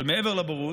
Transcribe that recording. אבל מעבר לבורות,